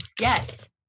Yes